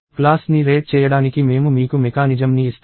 class ని rate చేయడానికి మేము మీకు మెకానిజం ని ఇస్తాము